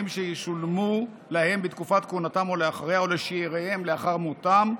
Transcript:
שישולמו להם בתקופת כהונתם או אחריה או לשאיריהם לאחר מותם,